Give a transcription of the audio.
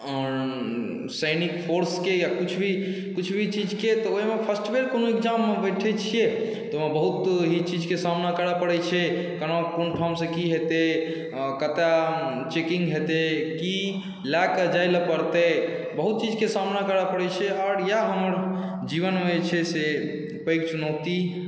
आओर सैनिक फोर्सके या किछु भी चीजके तऽ ओहिमे फर्स्ट बेर कोनो एग्जाममे बैठे छियै तऽ ओहिमे बहुत ही चीजके सामना करऽ पड़ै छै केना कोन ठाम से की हेतै कतऽ चेकिंग हेतै की लऽ कऽ जाए लए पड़तै बहुत चीजके सामना करऽ पड़ै छै आओर इएह हमर जीवनमे जे छै से पैघ चुनौती